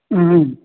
ꯎꯝ